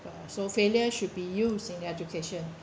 so failure should be used in education